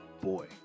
Boy